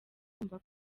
kumva